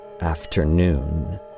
Afternoon